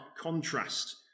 contrast